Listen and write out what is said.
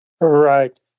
Right